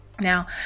Now